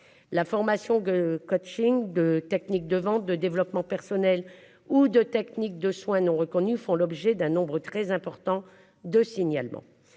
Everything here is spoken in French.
La formation de coaching de techniques de vente de développement personnel ou de techniques de soins non reconnue font l'objet d'un nombre très important de signalement.